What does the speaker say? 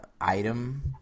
item –